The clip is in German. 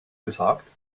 gesagt